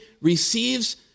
receives